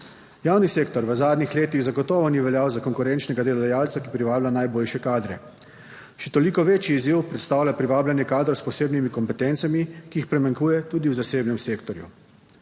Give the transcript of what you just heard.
Javni sektor v zadnjih letih zagotovo ni veljal za konkurenčnega delodajalca, ki privablja najboljše kadre. Še toliko večji izziv predstavlja privabljanje kadrov s posebnimi kompetencami, ki jih primanjkuje tudi v zasebnem sektorju.